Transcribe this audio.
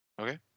Okay